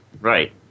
Right